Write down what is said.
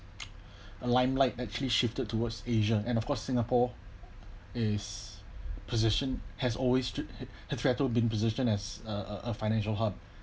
limelight actually shifted towards asia and of course singapore is position has always had hitherto been position as a a a financial hub